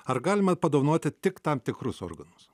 ar galima padovanoti tik tam tikrus organus